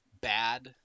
bad